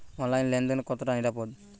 অনলাইনে লেন দেন কতটা নিরাপদ?